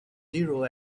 zero